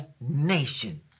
nation